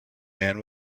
man